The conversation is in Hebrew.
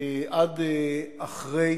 עד אחרי